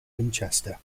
winchester